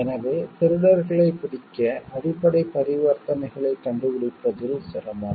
எனவே திருடர்களைப் பிடிக்க அடிப்படை பரிவர்த்தனைகளைக் கண்டுபிடிப்பதில் சிரமம்